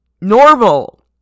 normal